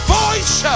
voice